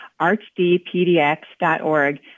archdpdx.org